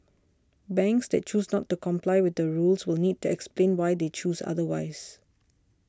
banks that choose not to comply with the rules will need to explain why they chose otherwise